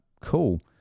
Cool